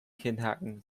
kinnhaken